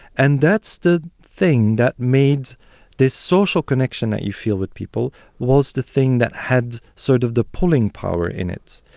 and that's the thing that made this social connection that you feel with people was the thing that had sort of the pulling power in it.